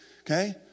Okay